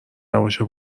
نباشه